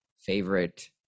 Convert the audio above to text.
favorite